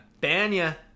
Banya